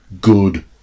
good